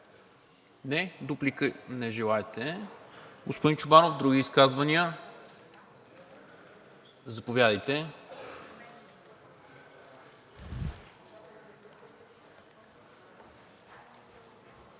Не. Дуплика? Не желаете, господин Чобанов. Други изказвания? Заповядайте.